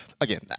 Again